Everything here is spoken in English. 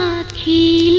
key